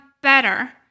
better